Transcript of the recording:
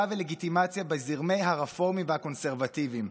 ולגיטימציה בזרמי הרפורמים והקונסרבטיבים.